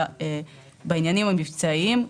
בעניינים המבצעיים.